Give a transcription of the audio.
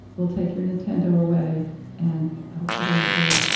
we'll take your nintendo away and hopefully it will